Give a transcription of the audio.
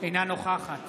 אינה נוכחת